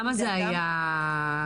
כמה זה היה בנוהג?